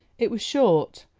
it was short,